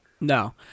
No